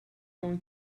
going